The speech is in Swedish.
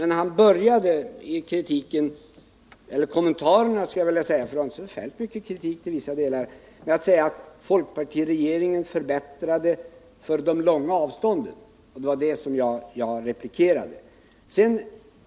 Men han började sin kritik — eller sina kommentarer, skulle jag vilja säga, för det var inte så förfärligt mycket kritik i vissa delar — med att säga att folkpartiregeringen genomförde förbättringar när det gällde de långa avstånden. Det var detta jag replikerade på.